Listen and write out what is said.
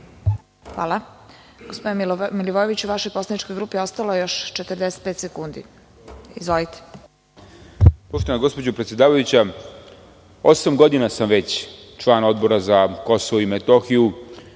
Hvala. Gospodine Milivojeviću, vašoj poslaničkoj grupi ostalo je još 45 sekundi. Izvolite.